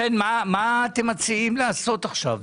מה אתם מציעים לעשות עכשיו?